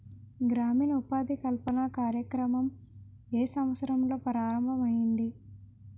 గ్రామీణ ఉపాధి కల్పన కార్యక్రమం ఏ సంవత్సరంలో ప్రారంభం ఐయ్యింది?